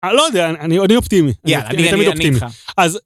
אני לא יודע, אני עוד אופטימי אני תמיד אופטימי. כן, אני איתך. אז...